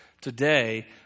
today